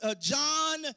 John